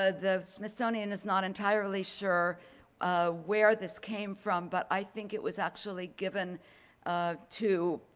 ah the smithsonian is not entirely sure where this came from, but i think it was actually given to,